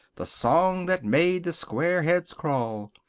the song that made the squareheads crawl!